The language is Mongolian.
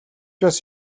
бас